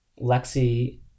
Lexi